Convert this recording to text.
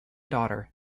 daughter